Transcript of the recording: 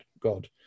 God